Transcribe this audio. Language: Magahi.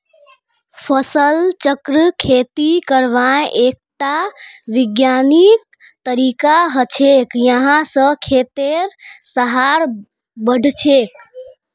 फसल चक्र खेती करवार एकटा विज्ञानिक तरीका हछेक यहा स खेतेर सहार बढ़छेक